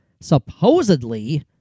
supposedly